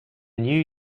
new